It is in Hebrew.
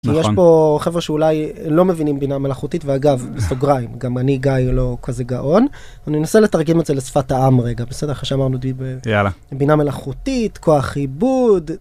יש פה חברה שאולי לא מבינים בינה מלאכותית ואגב, בסוגריים, גם אני גיא לא כזה גאון. אני אנסה לתרגם את זה לשפת העם רגע, בסדר? בינה מלאכותית, כוח עיבוד.